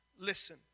listen